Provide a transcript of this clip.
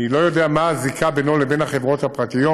אני לא יודע מה הזיקה בינו לבין החברות הפרטיות,